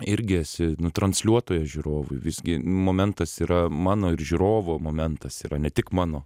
irgi esi transliuotojas žiūrovui visgi momentas yra mano ir žiūrovo momentas yra ne tik mano